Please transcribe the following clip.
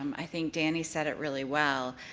um i think danny said it really well,